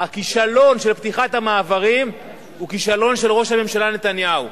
הכישלון של פתיחת המעברים הוא כישלון של ראש הממשלה נתניהו.